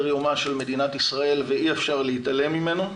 יומה של מדינת ישראל ואי אפשר להתעלם ממנו.